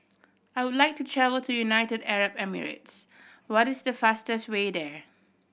I would like to travel to United Arab Emirates What is the fastest way there